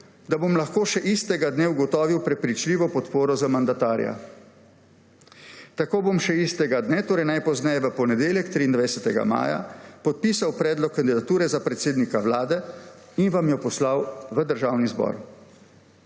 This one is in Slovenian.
da bom lahko še istega dne ugotovil prepričljivo podporo za mandatarja. Tako bom še istega dne, torej najpozneje v ponedeljek, 23. maja, podpisal predlog kandidature za predsednika Vlade in vam jo poslal v Državni zbor.